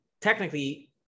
technically